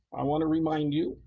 i want to remind you,